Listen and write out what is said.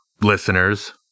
listeners